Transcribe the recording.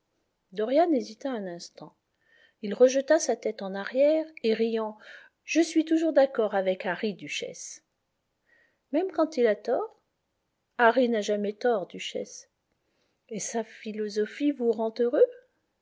dorian hésita un instant il rejeta sa tête en arrière et riant je suis toujours d'accord avec harry duchesse même quand il a tort harry n'a jamais tort duchesse et sa philosophie vous rend heureux